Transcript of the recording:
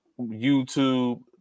YouTube